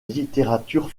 littérature